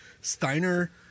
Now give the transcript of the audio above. Steiner